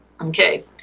Okay